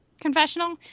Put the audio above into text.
confessional